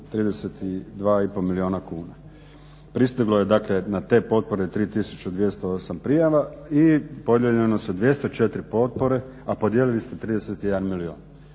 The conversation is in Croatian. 32,5 milijuna kuna. Pristiglo je na te potpore 3208 prijava i podijeljeno su 204 potpore a podijelili ste 31 milijun.